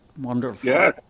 wonderful